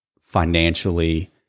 financially